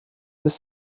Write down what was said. des